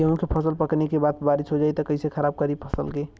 गेहूँ के फसल पकने के बाद बारिश हो जाई त कइसे खराब करी फसल के?